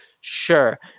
Sure